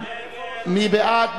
מי בעד?